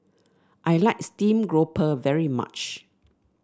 I like Steamed Grouper very much